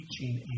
teaching